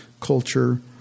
culture